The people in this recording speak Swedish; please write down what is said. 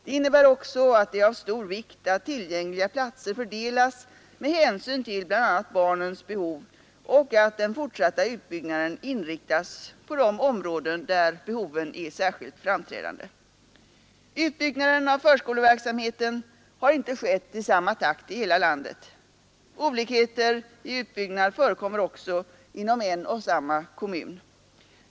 Det innebär också att det är av stor vikt att tillgängliga platser fördelas med hänsyn till bl.a. barnens behov och att den fortsatta utbyggnaden inriktas på de områden där behoven är särskilt framträdande. Utbyggnaden av förskoleverksamheten har inte skett i samma takt i hela landet. Olikheter i utbyggnad förekommer också inom en och samma kommun.